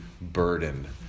burden